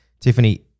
Tiffany